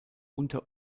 unter